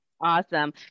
awesome